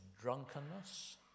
drunkenness